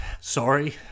sorry